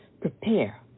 prepare